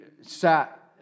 sat